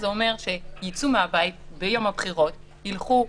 זה אומר שהם יצאו מהבית ביום הבחירות, ילכו,